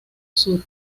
sur